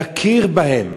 להכיר בהם.